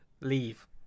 Leave